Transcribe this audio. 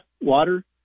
Water